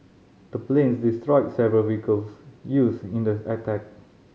the planes destroyed several vehicles used in the attack